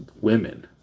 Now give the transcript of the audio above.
women